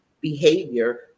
behavior